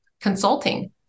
consulting